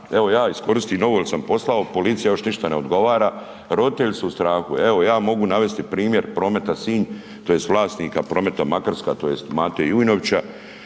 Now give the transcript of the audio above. Evo ja iskoristim ovo jel sam poslao policiji, a još ništa ne odgovara, roditelji su u strahu. Evo ja mogu navesti primjer Prometa Sinj, tj. vlasnika Prometa Makarska tj. Mate Jujnovića